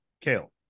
Kale